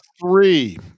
three